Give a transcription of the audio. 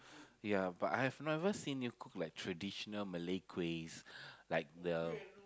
ya but I have never seen you cook like traditional Malay kuihs like the